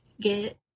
Get